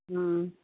অঁ